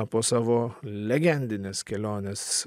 po savo legendinės kelionės